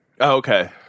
Okay